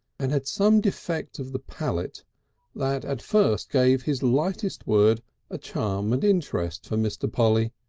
and had some defect of the palate that at first gave his lightest word a charm and interest for mr. polly.